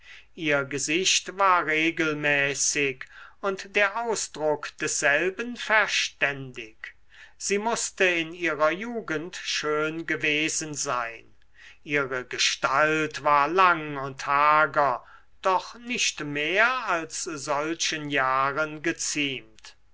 ihr gesicht war regelmäßig und der ausdruck desselben verständig sie mußte in ihrer jugend schön gewesen sein ihre gestalt war lang und hager doch nicht mehr als solchen jahren geziemt